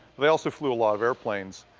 they also flew a lot of airplanes.